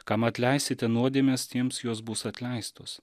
kam atleisite nuodėmes tiems jos bus atleistos